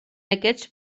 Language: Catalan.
aquests